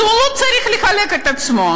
אז הוא לא צריך לחלק את עצמו,